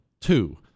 Two